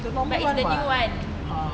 but is the new one